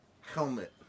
helmet